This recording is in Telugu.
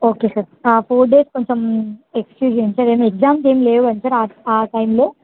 ఓకే సార్ ఆ ఫోర్ డేస్ కొంచెం ఎక్స్క్యూజ్ చేయండి సార్ ఏమి ఎగ్జామ్స్ ఏమీ లేవు కదా సార్ ఆ ఆ టైంలో